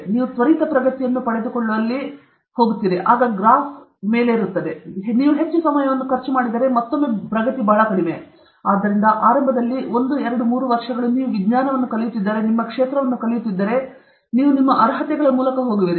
ನೀವು ತ್ವರಿತ ಪ್ರಗತಿಯನ್ನು ಪಡೆದುಕೊಳ್ಳುವಲ್ಲಿ ಗ್ರಾಫ್ ಸರಿಹೊಂದುತ್ತದೆ ನಂತರ ನೀವು ಹೆಚ್ಚು ಸಮಯವನ್ನು ಖರ್ಚು ಮಾಡಿದರೆ ಮತ್ತೊಮ್ಮೆ ಪ್ರಗತಿ ಬಹಳ ಕಡಿಮೆ ಆದ್ದರಿಂದ ಆರಂಭದಲ್ಲಿ ಒಂದು ಎರಡು ಮೂರು ವರ್ಷಗಳು ನೀವು ವಿಜ್ಞಾನವನ್ನು ಕಲಿಯುತ್ತಿದ್ದರೆ ನಿಮ್ಮ ಕ್ಷೇತ್ರವನ್ನು ಕಲಿಯುತ್ತಿದ್ದರೆ ನೀವು ನಿಮ್ಮ ಅರ್ಹತೆಗಳ ಮೂಲಕ ಹೋಗುವಿರಿ